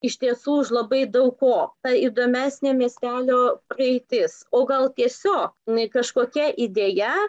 iš tiesų už labai daug ko ta įdomesnė miestelio praeitis o gal tiesiog e kažkokia idėja